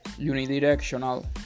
unidirectional